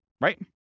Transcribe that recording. right